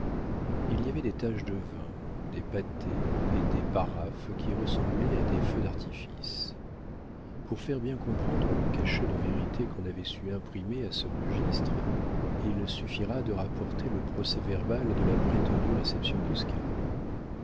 il y avait des taches de vin des pâtés et des paraphes qui ressemblaient à des feux d'artifice pour faire bien comprendre le cachet de vérité qu'on avait su imprimer à ce registre il suffira de rapporter le procès-verbal de la prétendue réception